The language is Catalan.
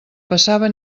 passava